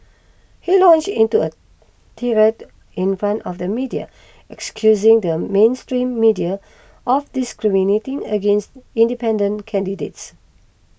he launched into a tirade in front of the media excusing the mainstream media of discriminating against independent candidates